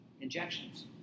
injections